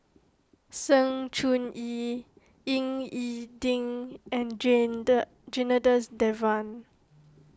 Sng Choon Yee Ying E Ding and Janadas Devan